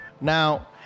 Now